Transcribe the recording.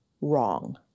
wrong